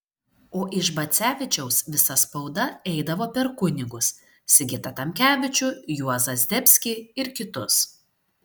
o iš bacevičiaus visa spauda eidavo per kunigus sigitą tamkevičių juozą zdebskį ir kitus